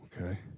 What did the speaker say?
Okay